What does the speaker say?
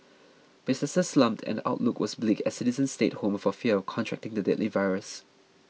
businesses slumped and outlook was bleak as citizens stayed home for fear of contracting the deadly virus